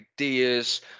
ideas